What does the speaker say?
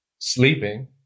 Sleeping